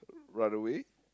run away